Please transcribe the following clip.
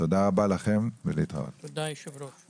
תודה רבה, הישיבה הנעולה.